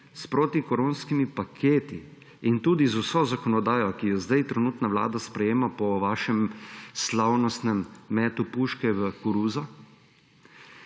S protikoronskimi paketi in tudi z vso zakonodajo, ki jo zdaj trenutna vlada sprejema po vašem slavnostnem metu puše v koruzo,